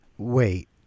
Wait